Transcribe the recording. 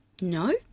No